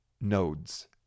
nodes